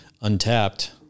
untapped